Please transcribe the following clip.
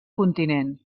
continent